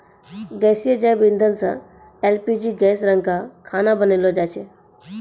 गैसीय जैव इंधन सँ एल.पी.जी गैस रंका खाना बनैलो जाय छै?